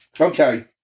Okay